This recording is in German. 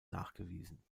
nachgewiesen